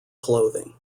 clothing